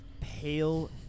pale